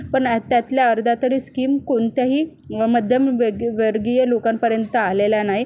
पण त्यातल्या अर्ध्या तरी स्कीम कोणत्याही मध्यम व वर्गीय लोकांपर्यंत आलेल्या नाहीत